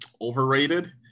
overrated